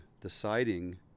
deciding